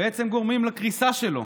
בעצם גורמים לקריסה שלו?